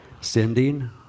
sending